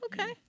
okay